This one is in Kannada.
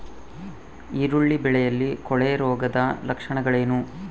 ಈರುಳ್ಳಿ ಬೆಳೆಯಲ್ಲಿ ಕೊಳೆರೋಗದ ಲಕ್ಷಣಗಳೇನು?